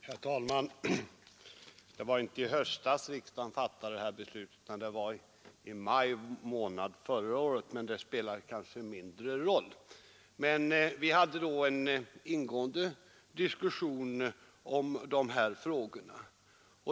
Herr talman! Det var inte i höstas riksdagen fattade beslutet utan det var i maj månad förra året, men det spelar kanske mindre roll. Vi hade då en ingående diskussion om de här frågorna.